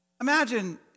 Imagine